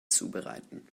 zubereiten